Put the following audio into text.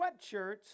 sweatshirts